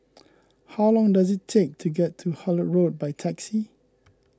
how long does it take to get to Hullet Road by taxi